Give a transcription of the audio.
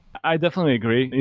i definitely agree.